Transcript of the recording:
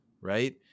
right